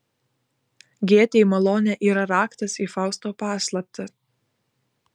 gėtei malonė yra raktas į fausto paslaptį